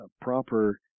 proper